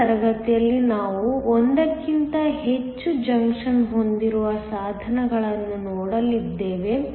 ಮುಂದಿನ ತರಗತಿಯಲ್ಲಿ ನಾವು 1 ಕ್ಕಿಂತ ಹೆಚ್ಚು ಜಂಕ್ಷನ್ ಹೊಂದಿರುವ ಸಾಧನಗಳನ್ನು ನೋಡಲಿದ್ದೇವೆ